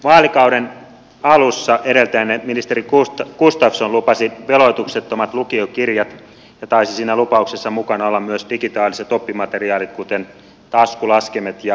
vaalikauden alussa edeltäjänne ministeri gustafsson lupasi veloituksettomat lukiokirjat ja taisivat siinä lupauksessa mukana olla myös digitaaliset oppimateriaalit kuten taskulaskimet ja ipadit